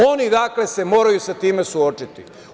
Oni se, dakle, moraju sa time suočiti.